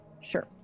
Sure